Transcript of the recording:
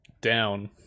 down